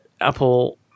Apple